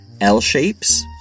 L-shapes